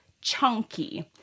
chunky